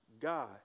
God